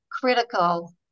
critical